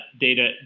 data